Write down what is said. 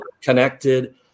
connected